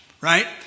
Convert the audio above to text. right